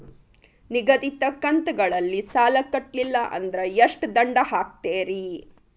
ನಿಗದಿತ ಕಂತ್ ಗಳಲ್ಲಿ ಸಾಲ ಕಟ್ಲಿಲ್ಲ ಅಂದ್ರ ಎಷ್ಟ ದಂಡ ಹಾಕ್ತೇರಿ?